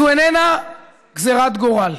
זו איננה גזרת גורל,